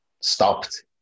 stopped